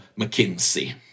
McKinsey